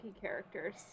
characters